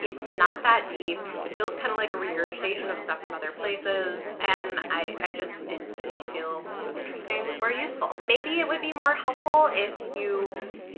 it's not that deep, it feels kind of like a regurgitation of stuff from other places, and i, i just, it didn't feel interesting or useful. maybe it would be more helpful if you